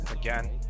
again